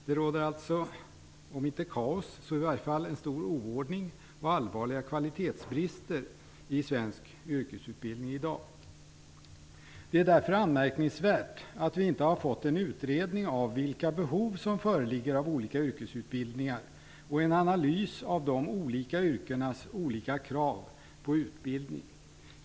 Det råder alltså, om inte kaos så i alla fall en stor oordning och allvarliga kvalitetsbrister i svensk yrkesutbildning i dag. Det är därför anmärkningsvärt att vi inte har fått en utredning av vilka behov av olika yrkesutbildningar som föreligger och en analys av yrkenas olika krav på utbildning.